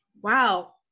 wow